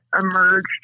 emerged